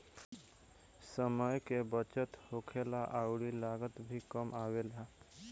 समय के बचत होखेला अउरी लागत भी कम आवेला